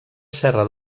serra